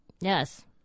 Yes